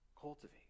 cultivate